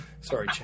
Sorry